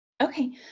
Okay